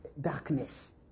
Darkness